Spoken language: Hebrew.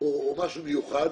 או משהו מיוחד,